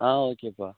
ஆ ஓகேப்பா